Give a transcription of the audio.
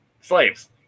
slaves